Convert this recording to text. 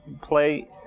play